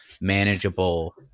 manageable